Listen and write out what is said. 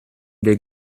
der